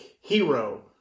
hero